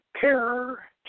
care